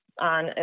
on